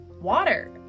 water